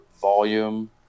volume